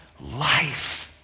life